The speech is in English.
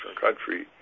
country